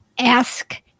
Ask